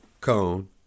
cone